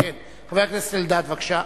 חבר הכנסת אלדד, בבקשה.